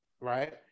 right